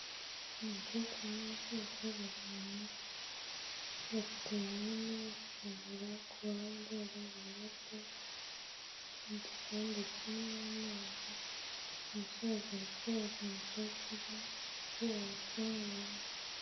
Umukecuru n'umusaza bari ahantu bafite ibinini babifungura, ku ruhande hariho rinete n'igikombe kirimo amazi, umusaza ari kwereka umukecuru uburyo babifunguramo.